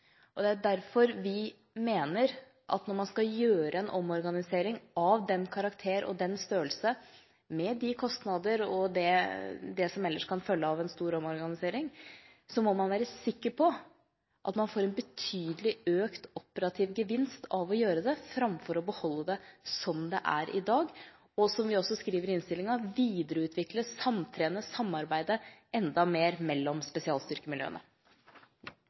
forsvarsstaben. Det er derfor vi mener at når man skal gjøre en omorganisering av denne karakter og størrelse, med de kostnader og det som ellers kan følge av en stor omorganisering, så må man være sikker på at man får en betydelig økt operativ gevinst ved å gjøre det, framfor å beholde det som det er i dag og, som vi også skriver i innstillingen, videreutvikle, samtrene og samarbeide enda mer mellom spesialstyrkemiljøene.